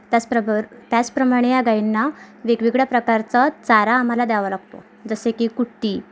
त्याचा प्रगर त्याचप्रमाणे या गायींना वेगवेगळ्या प्रकारचा चारा आम्हाला दयावा लागतो जसं की कुट्टी